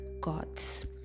gods